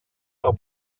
del